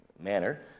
manner